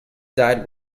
died